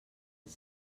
els